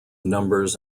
numbers